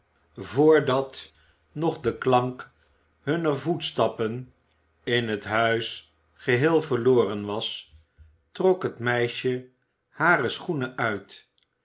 voordat nog de klank hunner voetstappen in het huis geheel verloren was trok het meisje hare schoenen uit